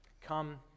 Come